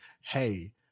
hey